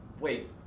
wait